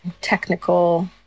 technical